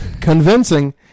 convincing